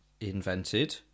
invented